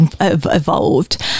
evolved